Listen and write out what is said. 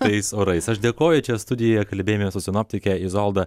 tais orais aš dėkoju o čia studijoje kalbėjome su sinoptike izolda